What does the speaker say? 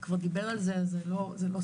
כבר דיבר על זה, אז זה לא סוד,